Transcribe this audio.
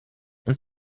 und